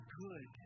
good